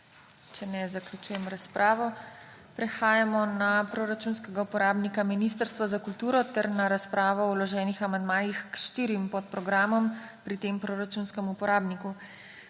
Ne. Zaključujem razpravo. Prehajamo na proračunskega uporabnika Ministrstvo za kulturo ter na razpravo o vloženih amandmajih k štirim podprogramom pri tem proračunskem uporabniku.